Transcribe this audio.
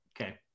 Okay